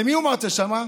למי הוא מרצה שם?